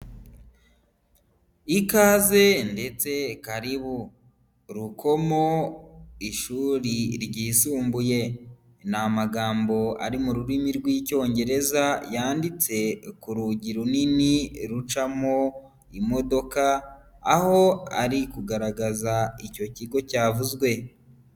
Ikaze ndetse karibu, Rukomo ishuri ryisumbuye, ni amagambo ari mu rurimi rw'Icyongereza, yanditse ku rugi runini rucamo imodoka, aho ari kugaragaza icyo kigo cyavuzwe.